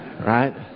right